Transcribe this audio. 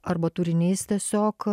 arba turinys tiesiog